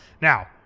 Now